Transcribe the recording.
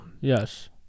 Yes